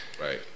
right